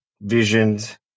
visions